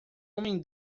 homem